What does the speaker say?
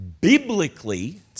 Biblically